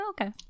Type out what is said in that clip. Okay